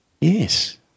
Yes